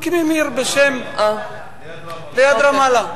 מקימים עיר בשם, ליד רמאללה.